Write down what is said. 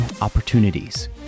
opportunities